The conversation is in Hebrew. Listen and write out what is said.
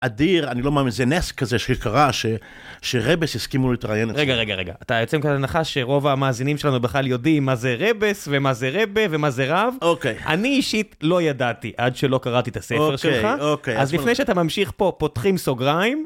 אדיר, אני לא מאמין, זה נס כזה שקרה שרב'ס יסכימו להתראיין. רגע, רגע, רגע, אתה יוצא מנקודת הנחה שרוב המאזינים שלנו בכלל יודעים מה זה רב'ס ומה זה רב'ה ומה זה רב. אוקיי. אני אישית לא ידעתי עד שלא קראתי את הספר שלך. אוקיי, אוקיי. אז לפני שאתה ממשיך פה, פותחים סוגריים.